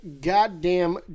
goddamn